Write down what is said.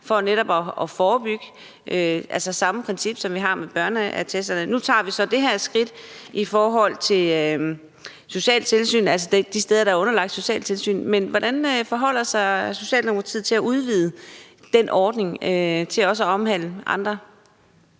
for netop at forebygge, altså bruge det samme princip, som vi har ved børneattester. Nu tager vi så det her skridt i forhold til de steder, der er underlagt socialt tilsyn, men hvordan forholder Socialdemokratiet sig til at udvide den ordning til også at omfatte andre?